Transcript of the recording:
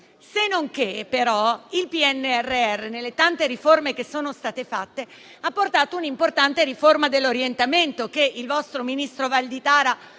relatore Zaffini. Il PNRR, nelle tante riforme che sono state fatte, ha portato un'importante riforma dell'orientamento, che il vostro ministro Valditara